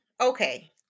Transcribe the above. Okay